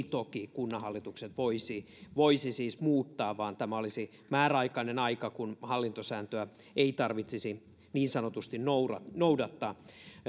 toki kunnanhallitukset voisi voisi siis muuttaa vaan tämä olisi määräaikainen aika kun hallintosääntöä ei tarvitsisi niin sanotusti noudattaa noudattaa